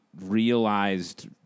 realized